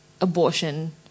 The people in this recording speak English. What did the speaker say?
abortion